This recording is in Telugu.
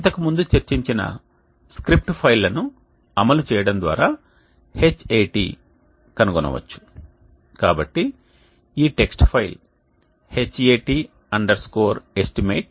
ఇంతకు ముందు చర్చించిన స్క్రిప్ట్ ఫైల్లను అమలు చేయడం ద్వారా Hat కనుగొనవచ్చు కాబట్టి ఈ టెక్స్ట్ ఫైల్ Hat estimate